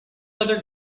other